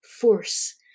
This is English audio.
force